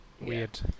weird